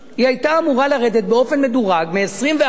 היא היתה אמורה לרדת באופן מדורג מ-24%,